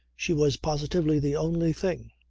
she was positively the only thing,